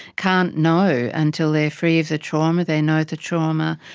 can't know until they are free of the trauma, they know the trauma,